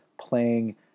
playing